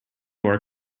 our